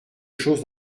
chose